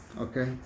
okay